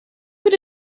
good